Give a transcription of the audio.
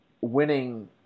winning